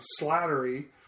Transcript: Slattery